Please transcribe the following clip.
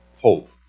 hope